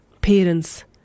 parents